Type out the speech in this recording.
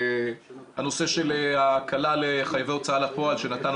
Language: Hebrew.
הנושא של הקלה של חייבי הוצאה לפועל שנתנו